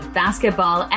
basketball